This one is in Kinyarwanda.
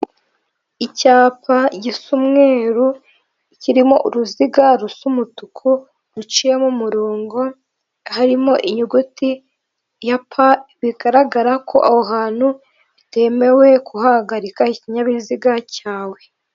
Icyapa gisa umweru kirimo uruziga rusa umutuku ruciyemo umurongo, harimo inyuguti ya pa, bigaragara ko aho hantu bitemewe kuhahagarika ikinyabiziga cyawe.